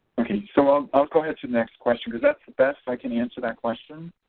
okay so um i'll go ahead to the next question because that's the best i can answer that question.